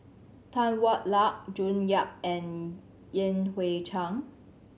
Tan Hwa Luck June Yap and Yan Hui Chang